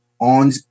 on